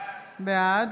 בעד